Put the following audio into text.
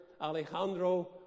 Alejandro